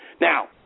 Now